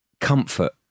comfort